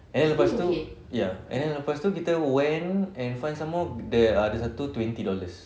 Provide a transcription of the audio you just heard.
and lepas tu ya and then lepas tu kita went and find some more there are ada satu twenty dollars